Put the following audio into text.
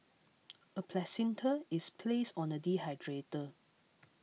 a placenta is placed on a dehydrator